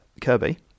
Kirby